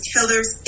Killers